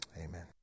Amen